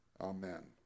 Amen